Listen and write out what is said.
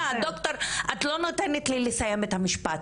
את לא נותנת לי לסיים את המשפט.